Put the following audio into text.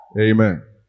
Amen